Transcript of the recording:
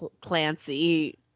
Clancy